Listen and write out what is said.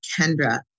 Kendra